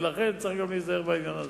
ולכן צריך גם להיזהר בעניין הזה.